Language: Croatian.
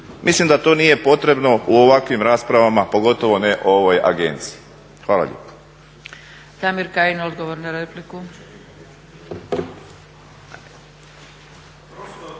Mislim da to nije potrebno u ovakvim raspravama, pogotovo ne o ovoj agenciji. Hvala lijepo.